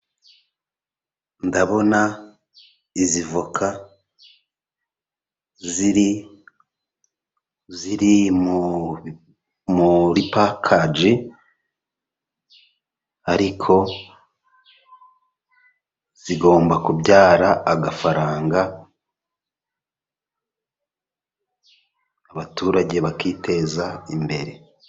Ndabona izi avoka ziri mu muri pakaji, ariko zigomba kubyara agafaranga abaturage bakiteza imbere.